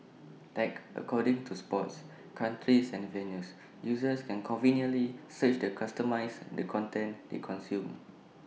tagged according to sports countries and venues users can conveniently search the customise the content they consume